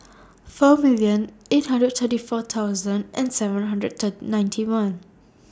four million eight hundred thirty four thousand and seven hundred ninety one